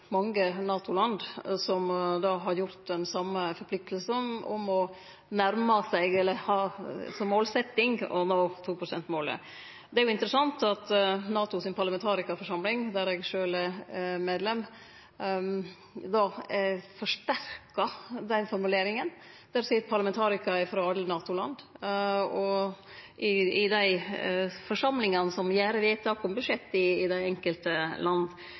mange NATO-land, som då har gjort den same forpliktinga om å ha som målsetjing å nå 2-prosentmålet. Det er interessant at NATOs parlamentarikarforsamling, der eg sjølv er medlem, forsterkar dei formuleringane. Der sit det parlamentarikarar frå alle NATO-land, frå dei forsamlingane som gjer vedtak om budsjett i dei enkelte